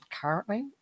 currently